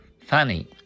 Funny